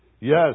Yes